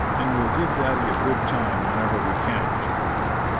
and we'll give daddy a good time whenever we can? she pleaded.